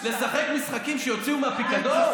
לשחק משחקים שיוציאו מהפיקדון?